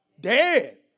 Dead